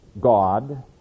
God